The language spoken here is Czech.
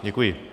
Děkuji.